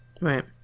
Right